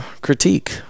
critique